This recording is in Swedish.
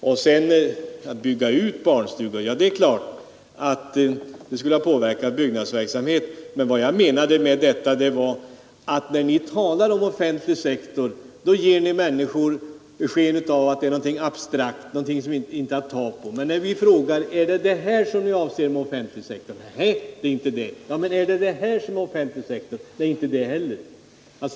Det är klart att ett ökat uppförande av barnstugor skulle i någon mån ha påverkat byggnadsverksamheten, men vad jag menade var att när ni talar om den offentliga sektorn ger ni den sken av att vara någonting abstrakt, någonting som det inte går att ta på. När vi frågar, om det är detta som är den offentliga sektorn, svarar ni nej. ”Men är det då det här som är den offentliga sektorn?” Nej, det är inte det heller!